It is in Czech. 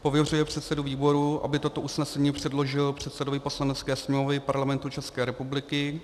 II. pověřuje předsedu výboru, aby toto usnesení předložil předsedovi Poslanecké sněmovny Parlamentu České republiky;